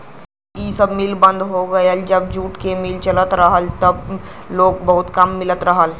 अब इ सब मिल बंद हो गयल हौ जब जूट क मिल चलत रहल त लोग के बहुते काम मिलत रहल